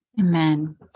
Amen